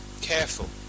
careful